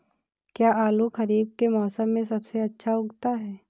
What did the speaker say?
क्या आलू खरीफ के मौसम में सबसे अच्छा उगता है?